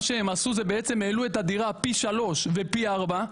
מה שהם עשו זה בעצם העלו את הדירה פי שלוש ופי ארבע,